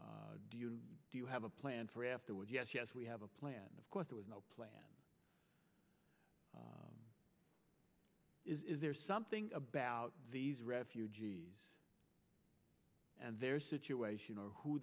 war do you do you have a plan for afterwards yes yes we have a plan of course there was no plan is there something about these refugees and their situation or who